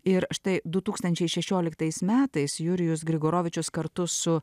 ir štaidu tūkstančiai šešioliktais metais jurijus grigoravičius kartu su